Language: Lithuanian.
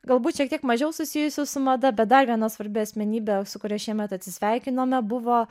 galbūt šiek tiek mažiau susijusių su mada bet dar viena svarbi asmenybė su kuria šiemet atsisveikinome buvo